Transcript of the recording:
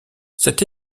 cette